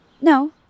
No